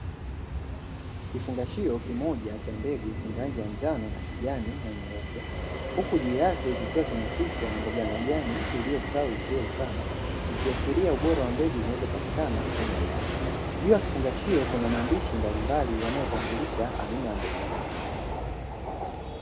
Kifungashio kimoja cha mbegu chenye rangi ya njano, kijani na nyeupe, huku juu yake kikiwa na picha ya mboga ya majani iliyostawi vizuri sana ikiashiria ubora wa mbegu zinazopatikana humo ndani .Juu ya kifungashio kuna maandishi mbalimbali yanayotambulisha aina ya mbegu hiyo.